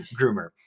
groomer